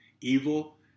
Evil